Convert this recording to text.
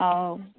ହଉ